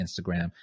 Instagram